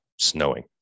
snowing